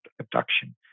abduction